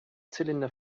zylinder